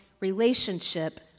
relationship